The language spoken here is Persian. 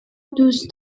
دوست